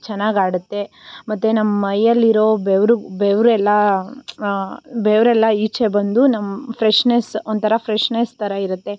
ಚೆನ್ನಾಗಾಡತ್ತೆ ಮತ್ತು ನಮ್ಮ ಮೈಯಲ್ಲಿರೋ ಬೆವರು ಬೆವರೆಲ್ಲಾ ಬೆವರೆಲ್ಲಾ ಈಚೆ ಬಂದು ನಮ್ಮ ಫ್ರೆಶ್ನೆಸ್ ಒಂಥರಾ ಫ್ರೆಶ್ನೆಸ್ ಥರ ಇರುತ್ತೆ